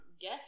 Guess